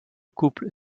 couple